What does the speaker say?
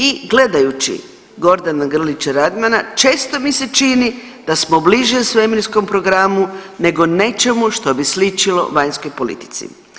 I gledajući Gordana Grlića Radmana, često mi se čini da smo bliže svemirskom programu nego nečemu što bi sličilo vanjskoj politici.